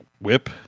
whip